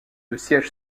siège